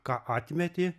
ką atmeti